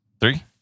Three